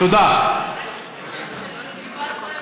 תודה, תודה.